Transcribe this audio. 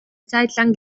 zeitlang